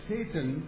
Satan